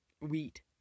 wheat